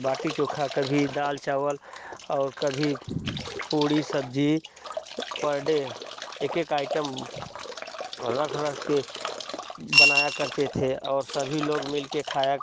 बाटी चोखा कभी दाल चावल और कभी पूड़ी सब्जी पर डे एक एक आइटम रख रख कर बनाया करते थे और सभी लोग मिल कर खाया